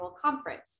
conference